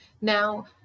Now